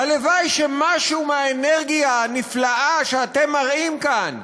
הלוואי שמשהו מהאנרגיה הנפלאה שאתם מראים כאן,